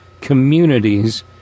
communities